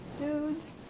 Dudes